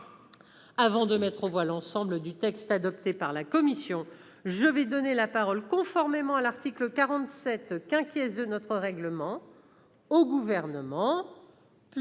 Avant de mettre aux voix l'ensemble du texte adopté par la commission, je vais donner la parole, conformément à l'article 47 de notre règlement, au Gouvernement,